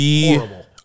horrible